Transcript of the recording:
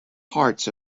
hearts